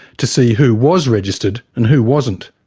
to see who was registered and who wasn't.